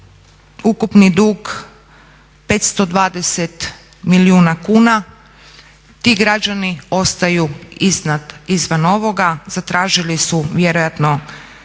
ukupni dug 520 milijuna kuna ti građani ostaju izvan ovoga. Zatražili su vjerojatno